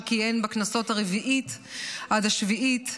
שכיהן בכנסות הרביעית עד השביעית,